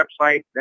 website